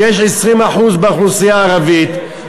שיש 20% באוכלוסייה הערבית,